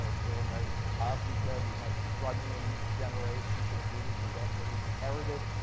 ah brandeis often said we must struggle in each generation to truly possess what we've inherited,